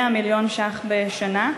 100 מיליון שקלים בשנה,